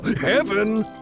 Heaven